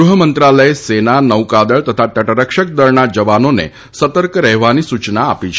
ગૃહમંત્રાલયે સેના નૌકાદળ તથા તટરક્ષક દળના જવાનોને સતર્ક રહેવાની સૂચના આપી છે